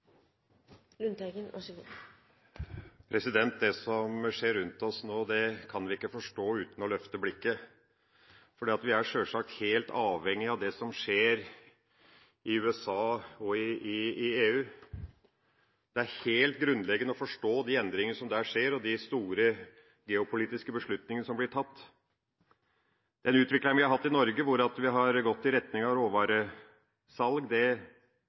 sjølsagt helt avhengig av det som skjer i USA og i EU. Det er helt grunnleggende å forstå de endringene som der skjer, og de store geopolitiske beslutningene som blir tatt. Den utviklingen vi har hatt i Norge, hvor vi har gått i retning av råvaresalg, er jo bare uklokt. Råvaresalg og militærmakt kan man ikke bygge et land på, er det